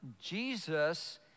Jesus